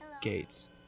gates